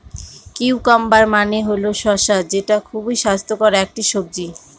cucumber মানে হল শসা যেটা খুবই স্বাস্থ্যকর একটি সবজি